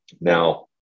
now